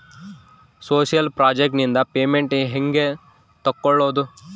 Social project ನಿಂದ payment ಹೆಂಗೆ ತಕ್ಕೊಳ್ಳದು?